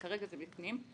וכרגע זה בפנים.